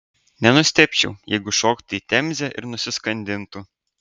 nenustebčiau jeigu šoktų į temzę ir nusiskandintų